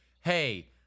Hey